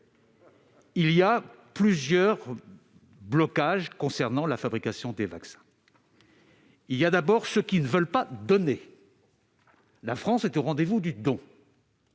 existe plusieurs blocages concernant la fabrication des vaccins. Premièrement, il y a ceux qui ne veulent pas donner. La France est au rendez-vous du don.